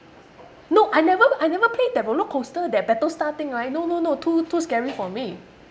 no I never I never play that roller coaster that battle star thing right no no no too too scary for me